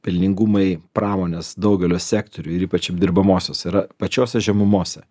pelningumai pramonės daugelio sektorių ir ypač apdirbamosios yra pačiose žemumose